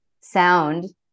sound